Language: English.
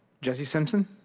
jesse simpson?